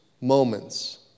moments